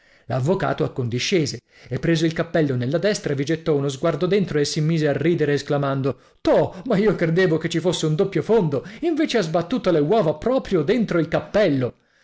minuto l'avvocato accondiscese e preso il cappello nella destra vi gettò uno sguardo dentro e si mise a ridere esclamando toh ma io credevo che ci fosse un doppio fondo invece ha sbattuto le uova proprio dentro il cappello